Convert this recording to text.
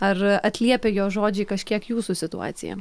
ar atliepia jos žodžiai kažkiek jūsų situaciją